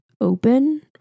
open